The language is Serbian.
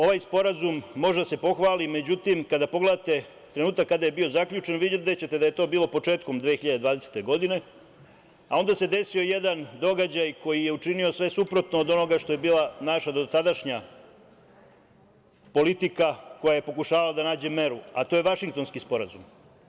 Ovaj Sporazum može da se pohvali, međutim, kada pogledate trenutak kada je bio zaključen videćete da je to bilo početkom 2020. godine, a onda se desio jedan događaj koji je učinio sve suprotno od onoga što je bila naša dotadašnja politika koja je pokušavala da nađe meru, a to je Vašingtonski sporazum.